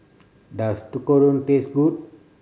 does Tekkadon taste good